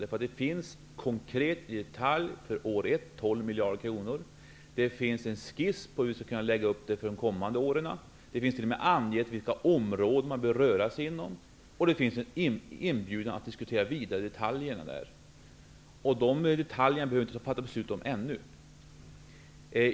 Men det finns konkreta detaljuppgifter. För första året gäller det 12 miljarder kronor. Vidare finns det en skiss över uppläggningen för de kommande åren. Det finns t.o.m. uppgifter om vilka områden man bör röra sig inom. Dessutom finns det en inbjudan till vidare diskussioner om detaljerna. Men om de detaljerna behöver vi inte fatta beslut ännu.